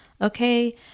Okay